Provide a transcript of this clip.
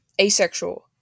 Asexual